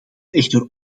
echter